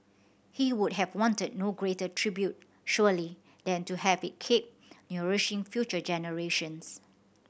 he would have wanted no greater tribute surely than to have it keep nourishing future generations